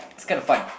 it's kind of fun